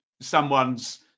someone's